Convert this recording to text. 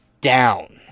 down